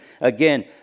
Again